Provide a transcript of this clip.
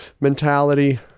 Mentality